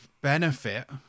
benefit